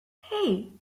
hey